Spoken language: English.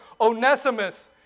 Onesimus